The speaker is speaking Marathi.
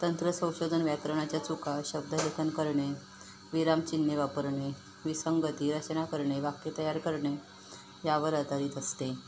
तंत्र संशोधन व्याकरणाच्या चुका शब्द लेखन करणे विरामचिन्हे वापरणे विसंगती रचना करणे वाक्य तयार करणे यावर आधारित असते